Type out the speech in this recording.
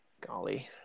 golly